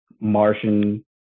Martian